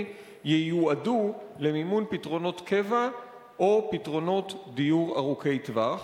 ייועדו למימון פתרונות קבע או פתרונות דיור ארוכי טווח.